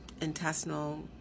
intestinal